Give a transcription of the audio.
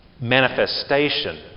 manifestation